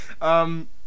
Um-